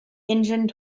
engine